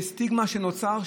סטיגמה שנוצרה,